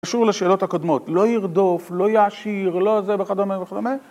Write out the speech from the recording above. קשור לשאלות הקודמות, לא ירדוף, לא יעשיר, לא זה וכדומה וכדומה.